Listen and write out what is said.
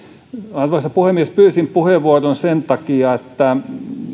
arvoisa puhemies pyysin puheenvuoron sen takia että